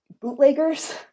bootleggers